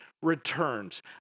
Returns